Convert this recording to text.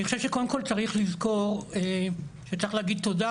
אני חושב שקודם כל צריך לזכור שצריך להגיד תודה